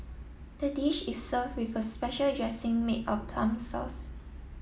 the dish is serve with a special dressing made of plum sauce